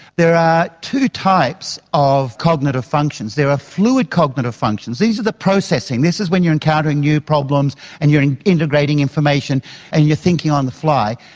there are two types of cognitive functions. there are fluid cognitive functions, these are the processing, this is when you are encountering new problems and you are integrating information and you are thinking on the fly.